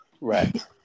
Right